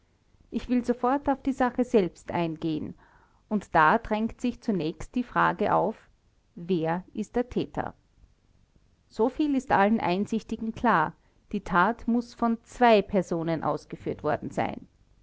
ich will sofort auf die sache selbst eingehen und da drängt sich zunächst die frage auf wer ist der täter soviel ist allen einsichtigen klar die tat muß von zwei personen ausgeführt worden sein